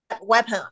weapon